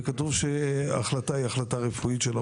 וכתוב שההחלטה היא החלטה רפואית.